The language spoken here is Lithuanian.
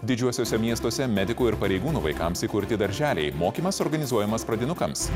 didžiuosiuose miestuose medikų ir pareigūnų vaikams įkurti darželiai mokymas organizuojamas pradinukams